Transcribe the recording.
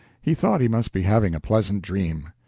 he thought he must be having a pleasant dream.